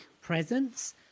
presence